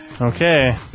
Okay